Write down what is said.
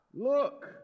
look